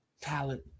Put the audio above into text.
talent